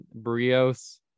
Brios